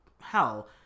hell